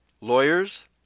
lawyers